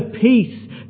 peace